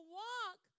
walk